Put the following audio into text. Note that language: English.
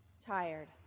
tired